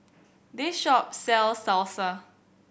this shop sells Salsa